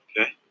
Okay